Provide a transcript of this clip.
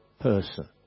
person